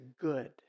Good